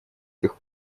тех